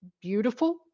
beautiful